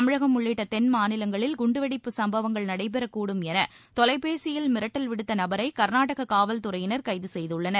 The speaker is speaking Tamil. தமிழகம் உள்ளிட்ட தென் மாநிலங்களில் குண்டுவெடிப்பு சம்பவங்கள் நடைபெறக் கூடும் என தொலைபேசியில் மிரட்டல் விடுத்த நபரை கர்நாடக காவல் துறையினர் கைது செய்துள்ளனர்